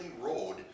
road